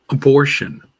Abortion